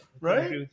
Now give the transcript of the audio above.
Right